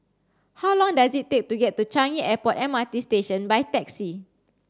how long does it take to get to Changi Airport M R T Station by taxi